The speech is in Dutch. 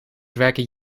werken